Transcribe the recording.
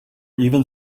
even